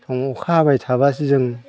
अखा हाबाय थाब्लासो जों